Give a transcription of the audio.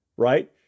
right